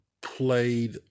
played